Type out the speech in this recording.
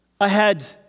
ahead